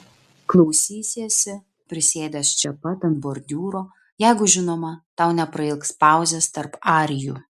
klausysiesi prisėdęs čia pat ant bordiūro jeigu žinoma tau neprailgs pauzės tarp arijų